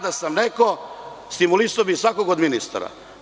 Da sam ja neko stimulisao bih svakog od ministara.